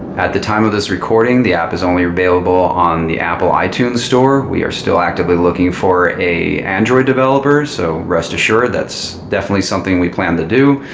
at the time of this recording, the app is only available on the apple itunes store. we are still actively looking for a android developer. so rest assured, that's definitely something we plan to do.